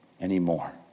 anymore